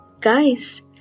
Guys